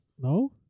No